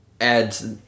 adds